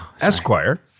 Esquire